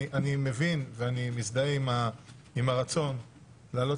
אני מבין ואני מזדהה עם הרצון להעלות